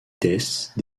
death